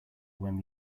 when